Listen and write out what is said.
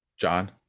John